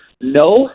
no